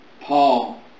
Paul